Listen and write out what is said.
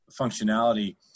functionality